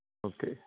okay